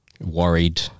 worried